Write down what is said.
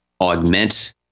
augment